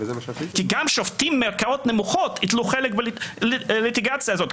כי גם שופטים מערכאות נמוכות ייטלו חלק בליטיגציה הזאת,